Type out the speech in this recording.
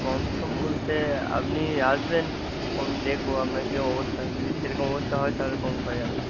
কমসম বলতে আপনি আসবেন তখন দেখবো আপনার কীরম অবস্থা যদি সেরকম অবস্থা হয় তাহলে কম করা যাবে